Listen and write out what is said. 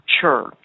Church